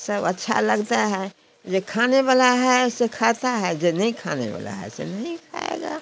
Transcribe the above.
सब अच्छा लगता है जो खाने वाला है सो खाता है जो नहीं खाने वाला है सो नहीं खाएगा